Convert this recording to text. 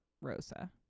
Rosa